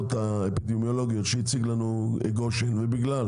האפידמיולוגיות שהציג לנו ד"ר גושן ובגלל